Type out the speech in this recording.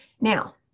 Now